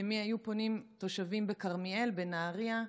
למי היו פונים תושבים בכרמיאל, בנהריה,